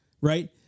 right